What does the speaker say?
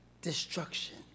destruction